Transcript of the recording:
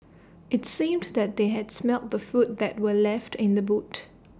IT seemed that they had smelt the food that were left in the boot